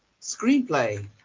screenplay